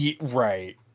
Right